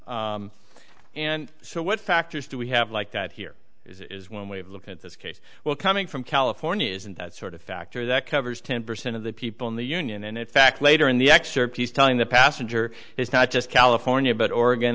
mission and so what factors do we have like that here is one way of looking at this case well coming from california isn't that sort of factor that covers ten percent of the people in the union and in fact later in the excerpt he's telling the passenger it's not just california but oregon